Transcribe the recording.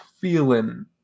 feeling